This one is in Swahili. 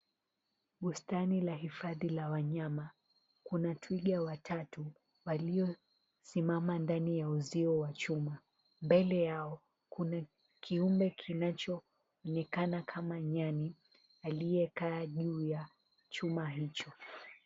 Bustani la hifadhi la wanyama, kuna twiga watatu waliosimama ndani ya uzio wa chuma. Mbele yao, kuna kiumbe kinachoonekana kama nyani aliyekaa juu ya chuma hicho.